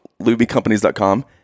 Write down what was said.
lubycompanies.com